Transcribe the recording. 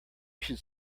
should